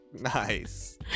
Nice